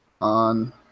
on